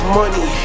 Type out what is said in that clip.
money